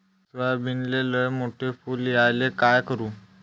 सोयाबीनले लयमोठे फुल यायले काय करू?